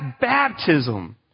baptism